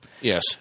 Yes